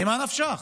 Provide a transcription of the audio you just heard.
ממה נפשך?